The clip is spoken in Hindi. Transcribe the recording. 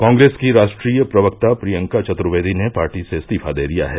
कांग्रेस की राष्ट्रीय प्रवक्ता प्रियंका चतुर्वेदी ने पार्टी से इस्तीफा दे दिया है